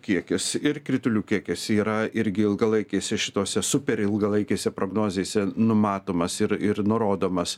kiekis ir kritulių kiekis yra irgi ilgalaikėse šitose super ilgalaikėse prognozėse numatomas ir ir nurodomas